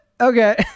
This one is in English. Okay